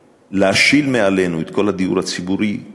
להשיל מעלינו את כל הדיור הציבורי הוא,